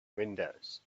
windows